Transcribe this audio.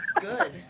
good